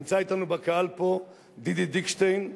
נמצא אתנו בקהל פה דידי דיקשטיין,